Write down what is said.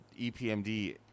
EPMD